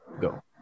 go